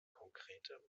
konkrete